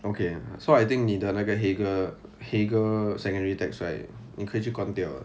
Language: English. okay so I think 你的那个 heger heger secondary text right 你可以去关掉了